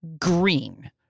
green